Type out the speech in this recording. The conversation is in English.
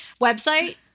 Website